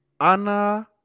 Ana